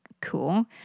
Cool